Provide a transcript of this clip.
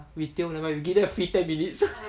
retail then never mind we give them a free ten minutes